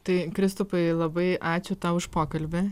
tai kristupai labai ačiū tau už pokalbį